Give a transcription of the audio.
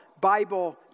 Bible